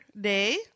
Day